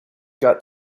got